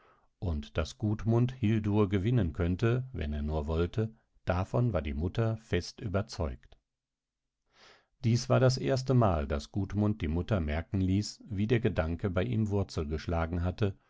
und daß gudmund hildur gewinnen könnte wenn er nur wollte davon war die mutter fest überzeugt dies war das erste mal daß gudmund die mutter merken ließ wie der gedanke bei ihm wurzel geschlagen hatte